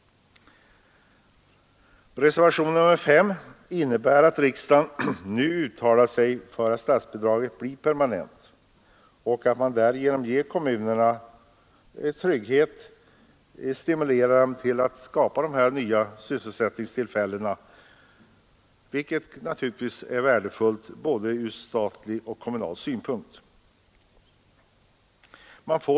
I reservationen 5 yrkas att riksdagen nu uttalar sig för att statsbidraget blir permanent. Syftet är att kommunerna skall få en sådan trygghet att de stimuleras att skapa ifrågavarande sysselsättningstillfällen, som är värdefulla ur både statlig och kommunal synpunkt.